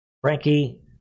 Frankie